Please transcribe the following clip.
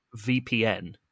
VPN